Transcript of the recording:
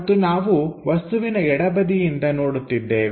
ಮತ್ತು ನಾವು ವಸ್ತುವಿನ ಎಡಬದಿಯಿಂದ ನೋಡುತ್ತಿದ್ದೇವೆ